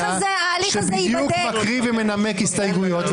שבדיוק מקריא ומנמק הסתייגויות,